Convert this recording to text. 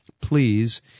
please